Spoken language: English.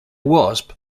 wasp